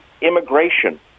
immigration